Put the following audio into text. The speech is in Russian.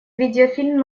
видеофильм